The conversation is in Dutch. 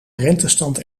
rentestand